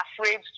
afraid